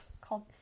called